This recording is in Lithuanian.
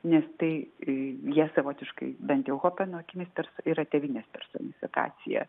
nes tai ji savotiškai bent jau chopeno akimis tarsi yra tėvynės personifikacija